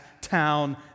town